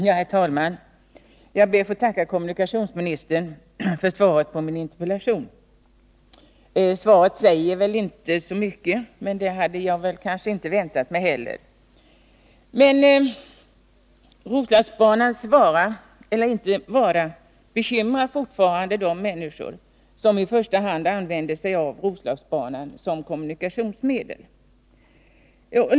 Herr talman! Jag ber att få tacka kommunikationsministern för svaret på min interpellation. Svaret säger väl inte så mycket, och det hade jag kanske inte väntat mig heller. Men Roslagsbanans vara eller inte vara bekymrar fortfarande de människor som i första hand använder Roslagsbanan som kommunikationsmedel.